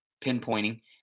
pinpointing